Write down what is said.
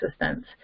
assistance